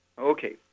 Okay